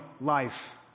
life